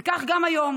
וכך גם היום,